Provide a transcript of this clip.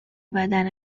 بدن